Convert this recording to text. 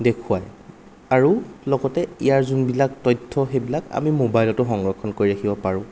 দেখুৱাই আৰু লগতে ইয়াৰ যোনবিলাক তথ্য সেইবিলাক আমি মোবাইলটো সংৰক্ষণ কৰি ৰাখিব পাৰোঁ